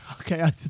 Okay